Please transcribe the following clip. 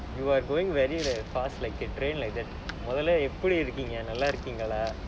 you are going very fast like a train like that மொதல எப்படி இருக்கீங்க நல்லா இருக்கீங்களா:mothala eppadi irukeenga nallaa irukeengalaa